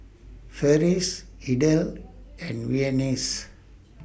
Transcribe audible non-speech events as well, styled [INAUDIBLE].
Ferris Idell and [UNINTELLIGIBLE]